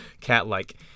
cat-like